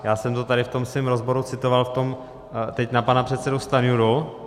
Já jsem to tady v tom svém rozboru citoval teď na pana předsedu Stanjuru.